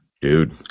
dude